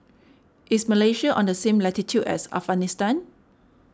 is Malaysia on the same latitude as Afghanistan